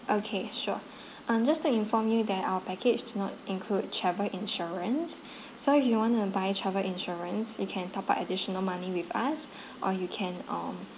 okay sure um just to inform you that our package do not include travel insurance so if you want to buy travel insurance you can top up additional money with us or you can um